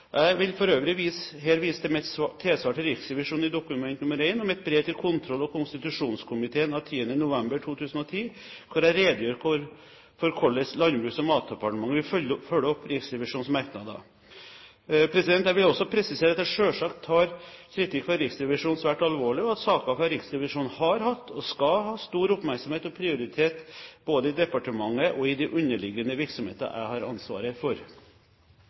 Jeg vil for øvrig her vise til mitt tilsvar til Riksrevisjonen i Dokument 1 og mitt brev til kontroll- og konstitusjonskomiteen av 10. november 2010, hvor jeg redegjør for hvordan Landbruks- og matdepartementet vil følge opp Riksrevisjonens merknader. Jeg vil også presisere at jeg selvsagt tar kritikk fra Riksrevisjonen svært alvorlig, og at saker fra Riksrevisjonen har hatt, og skal ha, stor oppmerksomhet og prioritet både i departementet og i de underliggende virksomheter jeg har ansvaret for.